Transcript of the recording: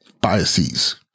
biases